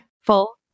full